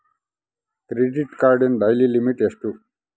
Credit ಕಾರ್ಡಿನ daily limit ಎಷ್ಟು?